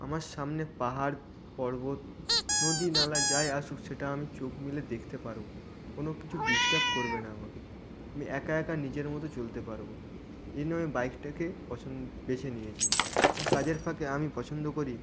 আমার সামনে পাহাড় পর্বত নদী নালা যাই আসুক সেটা আমি চোখ মেলে দেখতে পারবো কোনো কিছু ডিস্টার্ব করবে না আমাকে আমি একা একা নিজের মতো চলতে পারবো এই নয় আমি বাইকটাকে পছন বেছে নিয়েছি কাজের ফাঁকে আমি পছন্দ করি